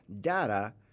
data